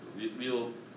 we we will